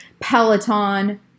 Peloton